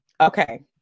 okay